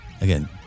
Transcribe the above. Again